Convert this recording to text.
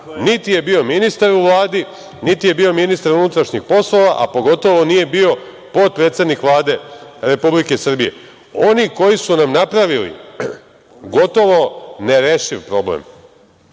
Niti je bio ministar u Vladi, niti je bio ministar unutrašnjih poslova, a pogotovo nije bio potpredsednik Vlade Republike Srbije. Oni koji su nam napravili gotovo nerešiv problem,